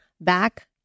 Back